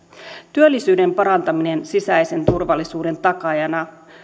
työllisyyden parantaminen sisäisen turvallisuuden takaajana